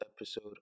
episode